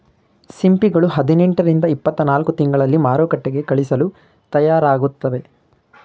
ಸಿಂಪಿಗಳು ಹದಿನೆಂಟು ರಿಂದ ಇಪ್ಪತ್ತನಾಲ್ಕು ತಿಂಗಳಲ್ಲಿ ಮಾರುಕಟ್ಟೆಗೆ ಕಳಿಸಲು ತಯಾರಾಗುತ್ತವೆ